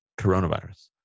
coronavirus